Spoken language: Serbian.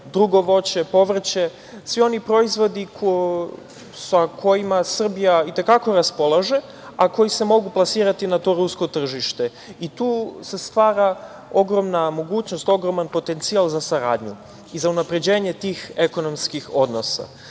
drugo voće, povrće, svi oni proizvodi sa kojima Srbija i te kako raspolaže, a koji se mogu plasirati na to rusko tržište. Tu se stvara ogromna mogućnost, ogroman potencijal za saradnju i za unapređenje tih ekonomskih odnosa. Sa